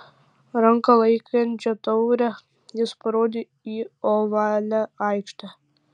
ranka laikančia taurę jis parodė į ovalią aikštę